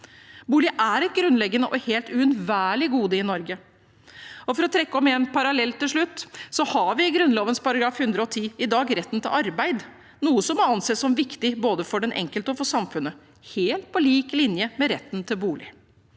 Bolig er et grunnleggende og helt uunnværlig gode i Norge. For å trekke en parallell til slutt har vi i Grunnloven § 110 i dag retten til arbeid, noe som må anses som viktig både for den enkelte og for samfunnet – på lik linje med retten til bolig.